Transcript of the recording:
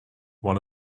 one